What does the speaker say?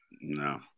No